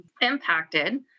impacted